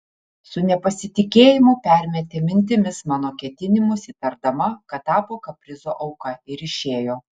su nepasitikėjimu permetė mintimis mano ketinimus įtardama kad tapo kaprizo auka ir išėjo